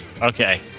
Okay